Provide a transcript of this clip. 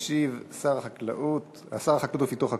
ישיב שר החקלאות ופיתוח הכפר,